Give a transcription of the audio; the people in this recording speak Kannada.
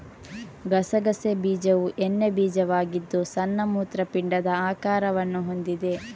ಗಸಗಸೆ ಬೀಜವು ಎಣ್ಣೆ ಬೀಜವಾಗಿದ್ದು ಸಣ್ಣ ಮೂತ್ರಪಿಂಡದ ಆಕಾರವನ್ನು ಹೊಂದಿದೆ